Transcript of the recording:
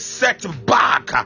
setback